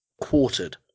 quartered